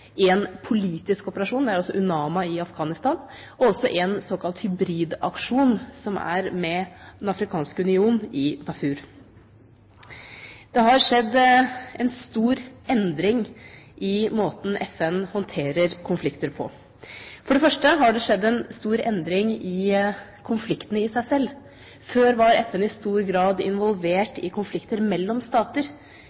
en politisk operasjon, det er UNAMA i Afghanistan, og også en såkalt hybrid aksjon, som er med Den afrikanske union i Darfur. Det har skjedd en stor endring i måten FN håndterer konflikter på. For det første har det skjedd en stor endring i konfliktene i seg sjøl. Før var FN i stor grad